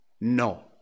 no